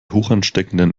hochansteckenden